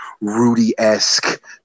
Rudy-esque